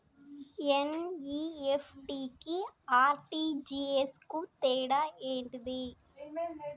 NEFT కి RTGS కు తేడా ఏంటిది?